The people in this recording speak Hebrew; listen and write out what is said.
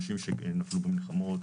אנשים שנפגעו במלחמות,